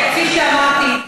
כפי שאמרתי,